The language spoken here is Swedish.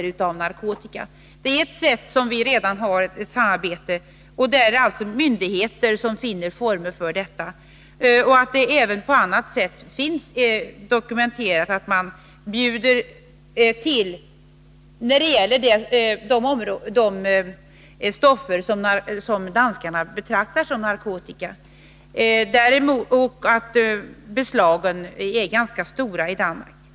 Detta är alltså ett sätt av samarbete, och det är alltså myndigheter som finner former för detta. Även på annat sätt finns det dokumenterat att man bjuder till för att försvåra hanteringen av de stoffer som danskarna betraktar som narkotika, och beslagen är ganska stora i Danmark.